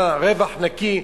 מה, רווח נקי,